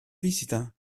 visita